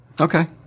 Okay